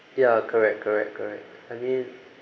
ya correct correct correct I mean